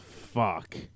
fuck